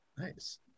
Nice